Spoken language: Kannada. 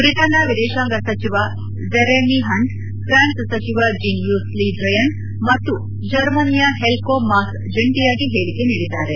ಬ್ರಿಟನ್ನ ವಿದೇಶಾಂಗ ಸಚಿವ ಜೆರೆಮಿ ಹಂಟ್ ಪ್ರಾನ್ಸ್ ಸಚಿವ ಜೀನ್ ಯ್ಟೂಸ್ ಲೀ ಡ್ರಯನ್ ಮತ್ತು ಜರ್ಮನಿಯ ಹೆಲ್ಕೋ ಮಾಸ್ ಜಂಟಿಯಾಗಿ ಹೇಳಿಕೆ ನೀಡಿದ್ದಾರೆ